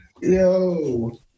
Yo